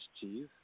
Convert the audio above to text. Cheese